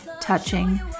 touching